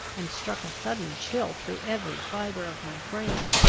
and struck a sudden chill through every fibre of my frame.